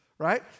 Right